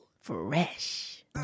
fresh